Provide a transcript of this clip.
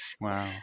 Wow